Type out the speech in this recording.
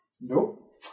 Nope